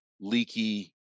leaky